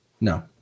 No